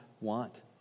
want